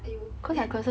!aiyo! then